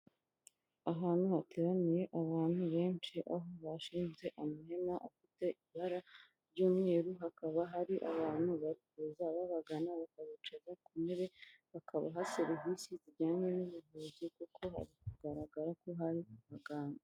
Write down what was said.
Ahantu hateraniye abantu benshi aho bashinze umuhema ufite ibara ry'umweru, hakaba hari abantu bari kuza babagana bakabicaza ku ntebe bakabaha serivisi zijyanye n'ubuvuzi kuko hari kugaragara ko hari abaganga.